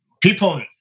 people